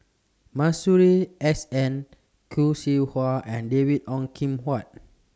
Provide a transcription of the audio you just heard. Masuri S N Khoo Seow Hwa and David Ong Kim Huat